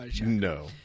no